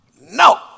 no